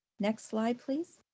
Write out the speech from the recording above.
next slide, please.